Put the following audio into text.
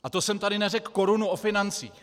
A to jsem tady neřekl korunu o financích.